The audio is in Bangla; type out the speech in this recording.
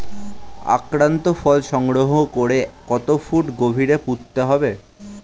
আক্রান্ত ফল সংগ্রহ করে কত ফুট গভীরে পুঁততে হবে?